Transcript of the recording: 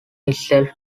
itself